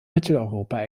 mitteleuropa